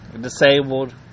disabled